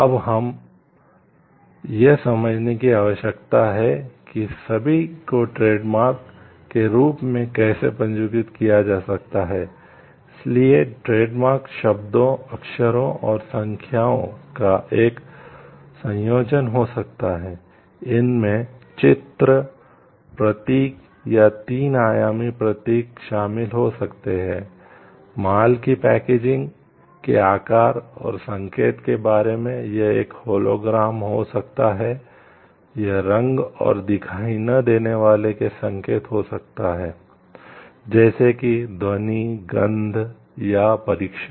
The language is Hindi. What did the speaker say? अब हमें यह समझने की आवश्यकता है कि सभी को ट्रेडमार्क हो सकता है यह रंग और दिखाई न देने वाले के संकेत हो सकता है जैसे कि ध्वनि गंध या परीक्षण